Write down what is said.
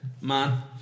man